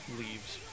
leaves